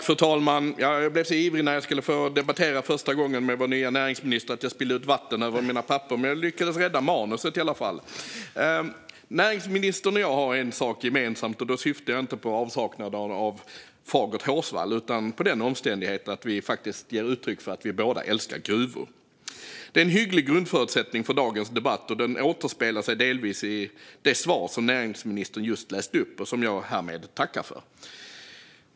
Fru talman! Jag blev så ivrig när jag skulle få debattera med vår nya näringsminister för första gången att jag spillde ut vatten över mina papper, men jag lyckades i alla fall rädda mitt manus. Näringsministern och jag har en sak gemensam. Då syftar jag inte på avsaknaden av fagert hårsvall utan på omständigheten att vi båda ger uttryck för att vi älskar gruvor. Det är en hygglig grundförutsättning för dagens debatt, och den återspeglas delvis i det svar som näringsministern just gav och som jag härmed tackar för.